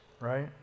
right